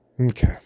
Okay